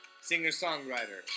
singer-songwriter